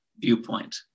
viewpoint